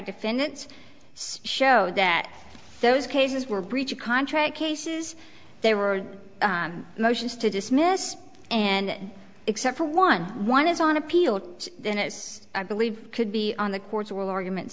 defendants show that those cases were a breach of contract cases they were motions to dismiss and except for one one is on appeal then as i believe could be on the court's will argument